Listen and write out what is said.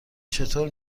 چطور